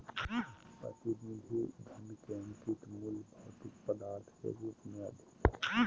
प्रतिनिधि धन के अंकित मूल्य भौतिक पदार्थ के रूप में अधिक हइ